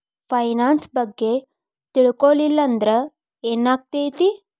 Finance ಬಗ್ಗೆ ತಿಳ್ಕೊಳಿಲ್ಲಂದ್ರ ಏನಾಗ್ತೆತಿ?